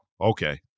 okay